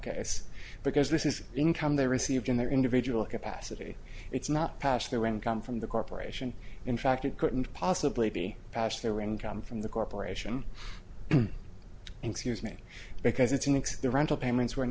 case because this is income they received in their individual capacity it's not past their income from the corporation in fact it couldn't possibly be past their income from the corporation excuse me because it's an ex the rental payments were an